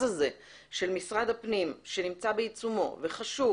הזה של משרד הפנים שנמצא בעיצומו וחשוב,